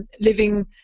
living